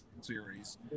series